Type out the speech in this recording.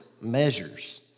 measures